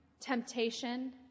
temptation